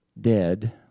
dead